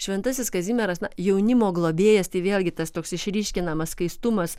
šventasis kazimieras na jaunimo globėjas tai vėlgi tas toks išryškinamas skaistumas